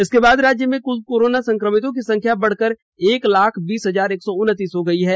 इसके बाद राज्य में कुल कोरोना संक्रमितों की संख्या बढ़कर एक लाख बीस हजार एक सौ उनतीस हो गई है